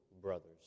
brothers